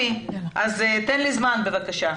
תן לי זמן, בבקשה.